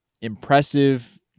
impressive